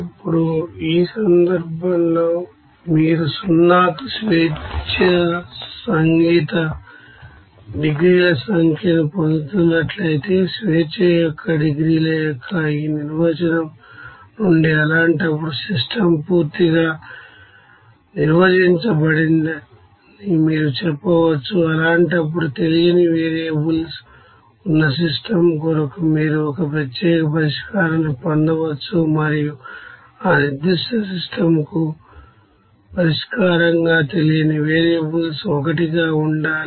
ఇప్పుడు ఈ సందర్భంలో మీరు 0 కు డిగ్రీస్ అఫ్ ఫ్రీడమ్ మ్యూజికల్ సంఖ్యను పొందుతున్నట్లయితే డిగ్రీస్ అఫ్ ఫ్రీడమ్ యొక్క ఈ నిర్వచనం నుండి అలాంటప్పుడు సిస్టమ్ పూర్తిగా నిర్వచించబడిందని మీరు చెప్పవచ్చు అలాంటప్పుడు తెలియని వేరియబుల్స్ ఉన్న సిస్టమ్ కొరకు మీరు ఒక ప్రత్యేక పరిష్కారాన్ని పొందవచ్చు మరియు ఆ నిర్ధిష్ట సిస్టమ్ కు పరిష్కారంగా తెలియని వేరియబుల్స్ 1 గా ఉండాలి